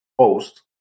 post